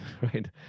right